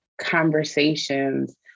conversations